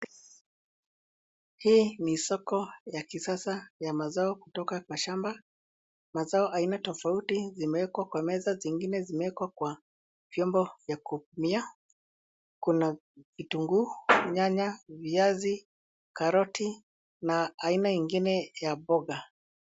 Hii ni soko ya kisasa ya mazao kutoka kwa shamba; mazao aina tofauti zimewekwa kwa meza zingine zimewekwa kwa vyombo vya kupimia. Kuna vitunguu, nyanya, viazi, karoti na aina ingine ya mboga.